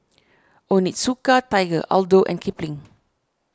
Onitsuka Tiger Aldo and Kipling